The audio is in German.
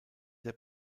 der